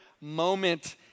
moment